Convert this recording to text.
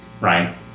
Right